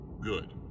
good